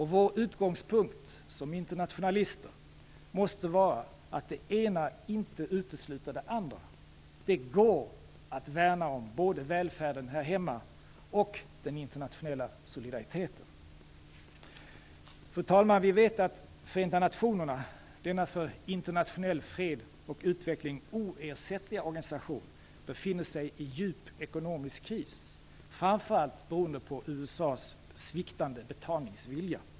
Vår utgångspunkt som internationalister måste vara att det ena inte utesluter det andra: Det går att värna om både välfärden här hemma och den internationella solidariteten. Fru talman! Vi vet att Förenta nationerna, denna för internationell fred och utveckling oersättliga organisation, befinner sig i djup ekonomisk kris framför allt beroende på USA:s sviktande betalningsvilja.